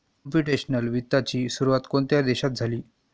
Computational वित्ताची सुरुवात कोणत्या देशात झाली?